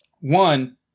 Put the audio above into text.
One